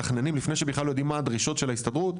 מתכננים לפני שבכלל עוד יודעים מה הדרישות של ההסתדרות,